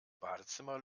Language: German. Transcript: badezimmer